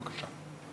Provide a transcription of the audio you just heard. בבקשה.